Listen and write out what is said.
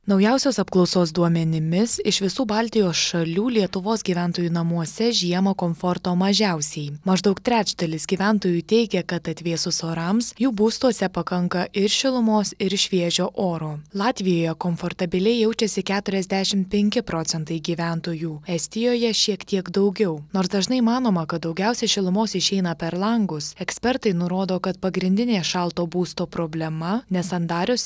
naujausios apklausos duomenimis iš visų baltijos šalių lietuvos gyventojų namuose žiemą komforto mažiausiai maždaug trečdalis gyventojų teigia kad atvėsus orams jų būstuose pakanka ir šilumos ir šviežio oro latvijoje komfortabiliai jaučiasi keturiasdešimt penki procentai gyventojų estijoje šiek tiek daugiau nors dažnai manoma kad daugiausia šilumos išeina per langus ekspertai nurodo kad pagrindinė šalto būsto problema nesandarios